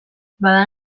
bada